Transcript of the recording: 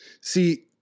See